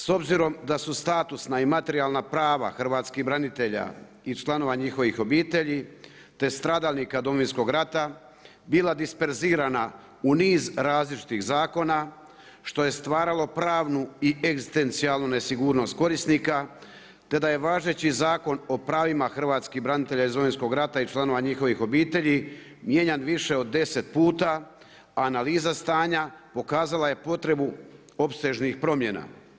S obzirom da su statusna i materijalna prava hrvatskih branitelja i članova njihovih obitelji te stradalnika Domovinskog rata bila disperzirana u niz različitih zakona, što je stvaralo pravnu i egzistencijalnu nesigurnost korisnika te da je važeći zakon o pravima hrvatskih branitelja iz Domovinskog rata i članovima njihovih obitelji mijenjan više od deset puta, analiza stanja pokazale je potrebu opsežnih promjena.